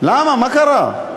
למה מה קרה?